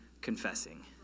confessing